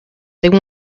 they